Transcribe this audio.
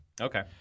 Okay